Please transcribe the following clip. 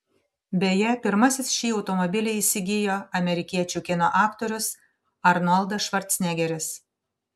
beje pirmasis šį automobilį įsigijo amerikiečių kino aktorius arnoldas švarcnegeris